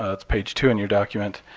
that's page two in your document.